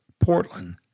Portland